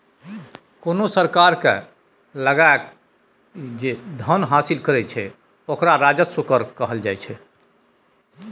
कोनो सरकार कर लगाकए जे धन हासिल करैत छै ओकरा राजस्व कर कहल जाइत छै